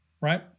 right